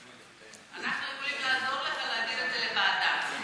אנחנו יכולים לעזור לך להעביר את זה לוועדה.